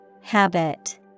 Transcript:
Habit